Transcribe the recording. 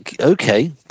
Okay